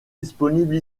disponible